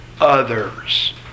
others